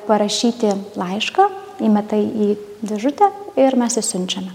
parašyti laišką įmeta į dėžutę ir mes išsiunčiame